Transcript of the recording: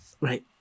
right